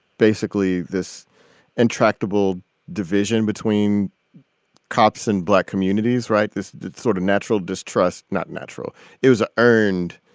basically, this intractable division between cops and black communities, right? this sort of natural distrust not natural it was ah earned,